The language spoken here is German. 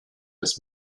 des